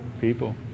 people